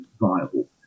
viable